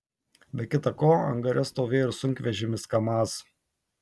be kita ko angare stovėjo ir sunkvežimis kamaz